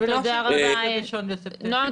תודה רבה, נעם.